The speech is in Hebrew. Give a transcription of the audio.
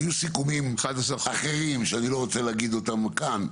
היו סיכומים אחרים שאני לא רוצה להגיד אותם כאן,